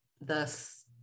thus